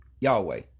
Yahweh